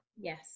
Yes